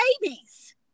babies